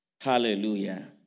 Hallelujah